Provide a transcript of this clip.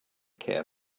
care